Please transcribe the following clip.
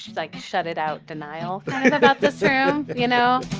like to shut it out. denial about this, you know?